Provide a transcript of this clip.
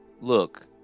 Look